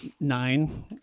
nine